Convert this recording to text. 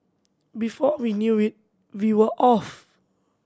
before we knew it we were off